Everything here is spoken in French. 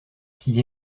qui